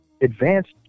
advanced